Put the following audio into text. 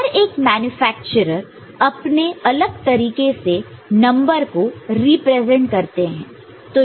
हर एक मेन्यफ़ेक्चर्र अपने अलग तरीके से नंबर को रिप्रेजेंट करते है